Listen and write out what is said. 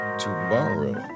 tomorrow